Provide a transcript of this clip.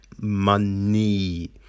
money